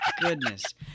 goodness